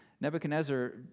Nebuchadnezzar